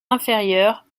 inférieur